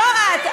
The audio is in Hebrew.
לא את,